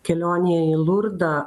kelionę į lurdą